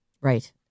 Right